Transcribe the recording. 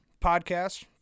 podcast